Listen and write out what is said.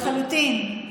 לחלוטין.